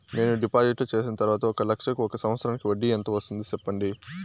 నేను డిపాజిట్లు చేసిన తర్వాత ఒక లక్ష కు ఒక సంవత్సరానికి వడ్డీ ఎంత వస్తుంది? సెప్పండి?